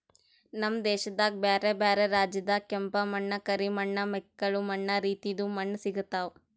ನಮ್ ದೇಶದಾಗ್ ಬ್ಯಾರೆ ಬ್ಯಾರೆ ರಾಜ್ಯದಾಗ್ ಕೆಂಪ ಮಣ್ಣ, ಕರಿ ಮಣ್ಣ, ಮೆಕ್ಕಲು ಮಣ್ಣ ರೀತಿದು ಮಣ್ಣ ಸಿಗತಾವ್